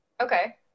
Okay